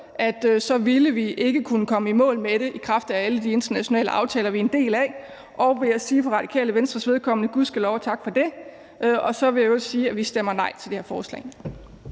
så ville vi ikke kunne komme i mål med det i kraft af alle de internationale aftaler, vi er en del af – og for Radikale Venstres vedkommende vil jeg sige gudskelov og tak for det. Og så vil jeg i øvrigt sige, at vi stemmer nej til det her lovforslag.